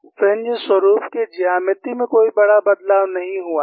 fringe स्वरुप के ज्यामिति में कोई बड़ा बदलाव नहीं हुआ है